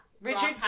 Richard